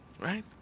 Right